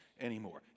anymore